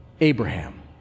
Abraham